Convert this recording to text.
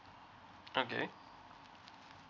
okay